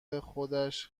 خودش